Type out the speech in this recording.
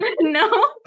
no